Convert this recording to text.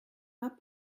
pas